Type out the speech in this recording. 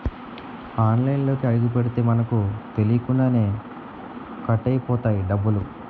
ఆన్లైన్లోకి అడుగుపెడితే మనకు తెలియకుండానే కట్ అయిపోతాయి డబ్బులు